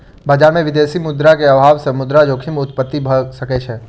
बजार में विदेशी मुद्रा के अभाव सॅ मुद्रा जोखिम उत्पत्ति भ सकै छै